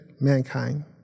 mankind